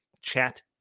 chat